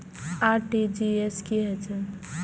RTGS की होय छै